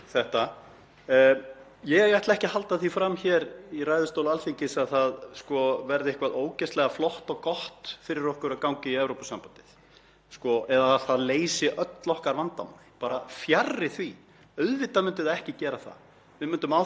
eða að það leysi öll okkar vandamál, bara fjarri því. Auðvitað myndi það ekki gera það. Við myndum áfram þurfa að glíma við mörg af þeim vandamálum sem við glímum við í dag og klára þau. Ég hef hins vegar enga trú á því að við getum leyst þetta vandamál ein. Ég bara held að það sé fullreynt.